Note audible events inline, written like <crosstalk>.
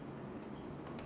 <breath>